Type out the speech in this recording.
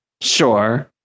Sure